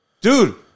Dude